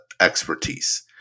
expertise